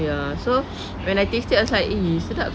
ya so when I tasted aside he set up